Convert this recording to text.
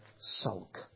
sulk